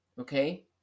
okay